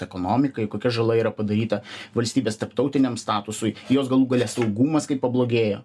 ekonomikai kokia žala yra padaryta valstybės tarptautiniam statusui jos galų gale saugumas kaip pablogėjo